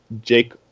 Jake